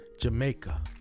jamaica